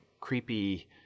creepy